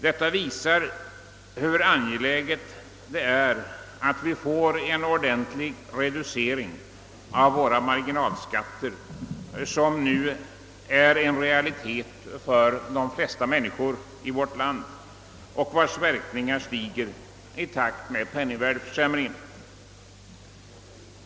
Detta visar hur angeläget det är att vi får en ordentlig reducering av våra marginalskatter som nu är en realitet för de flesta människor i vårt land och vilkas verkningar växer i takt med penningvärdeförsämringen.